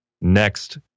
next